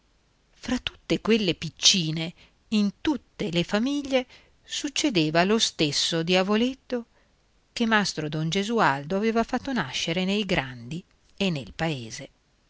fra tutte quelle piccine in tutte le famiglie succedeva lo stesso diavoleto che mastro don gesualdo aveva fatto nascere nei grandi e nel paese